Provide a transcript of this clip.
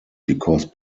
because